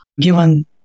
given